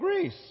Greece